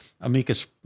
amicus